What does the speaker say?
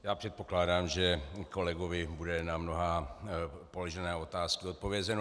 Já předpokládám, že kolegovi bude na mnohé položené otázky odpovězeno.